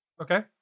Okay